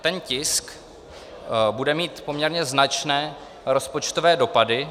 Ten tisk bude mít poměrně značné rozpočtové dopady.